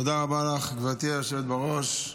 תודה רבה לך, גברתי היושבת בראש.